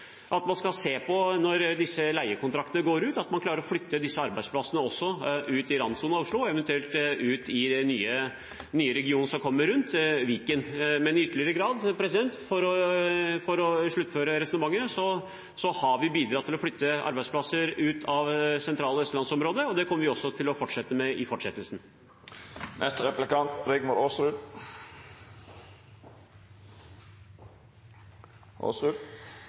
at man, når disse leiekontraktene går ut, skal se på om man klarer å flytte også disse arbeidsplassene ut i randsonen av Oslo, eventuelt ut i den nye regionen som kommer rundt Oslo, Viken. Men for å sluttføre resonnementet: Vi har i ytterligere grad bidratt til å flytte arbeidsplasser ut av det sentrale Østlands-området, og det kommer vi også til å fortsette med.